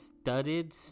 studded